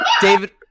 David